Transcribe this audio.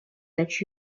that